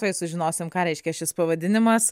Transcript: tuoj sužinosim ką reiškia šis pavadinimas